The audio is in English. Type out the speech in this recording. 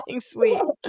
sweet